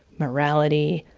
morality,